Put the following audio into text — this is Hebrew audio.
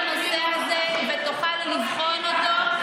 שתעסוק בנושא הזה ותוכל לבחון אותו.